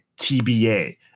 TBA